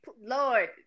Lord